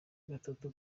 gatatu